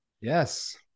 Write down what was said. yes